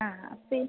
ആ അപ്പോള് ഈ